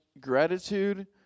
gratitude